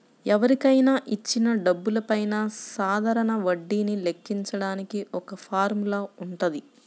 ఎవరికైనా ఇచ్చిన డబ్బులపైన సాధారణ వడ్డీని లెక్కించడానికి ఒక ఫార్ములా వుంటది